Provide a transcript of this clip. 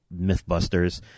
Mythbusters